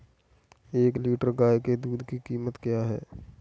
एक लीटर गाय के दूध की कीमत क्या है?